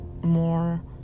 more